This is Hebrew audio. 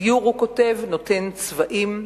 "הציור נותן צבעים,